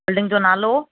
building जो नालो